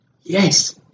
Yes